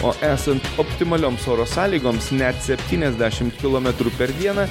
o esant optimalioms oro sąlygoms net septyniasdešim kilometrų per dieną